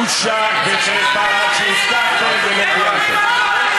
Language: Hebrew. בושה וחרפה שהבטחתם ולא קיימתם.